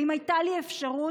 ואם הייתה לי אפשרות,